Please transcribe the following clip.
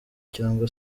cyangwa